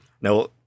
Now